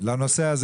בנושא הזה